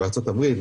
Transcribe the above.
בארצות הברית,